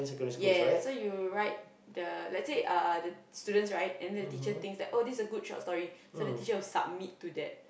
yeah so you write the let's say uh the students write and then the teacher thinks that oh this is a good short story so the teacher will submit to that